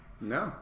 No